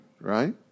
right